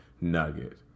nugget